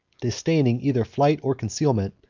disdaining either flight or concealment,